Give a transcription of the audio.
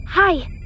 Hi